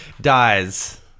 dies